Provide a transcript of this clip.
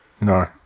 No